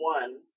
one